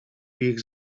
ich